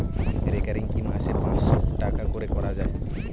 Recurring কি মাসে পাঁচশ টাকা করে করা যায়?